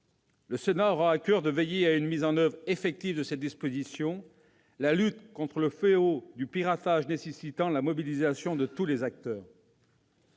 Le Sénat aura à coeur de veiller à la mise en oeuvre effective de cette disposition, la lutte contre le fléau du piratage nécessitant la mobilisation de tous les acteurs.